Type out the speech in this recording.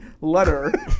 letter